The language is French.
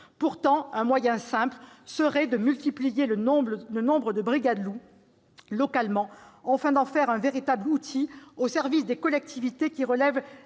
Pourtant, un moyen simple serait de multiplier le nombre de brigades loup localement, afin d'en faire un véritable outil au service des collectivités qui relèvent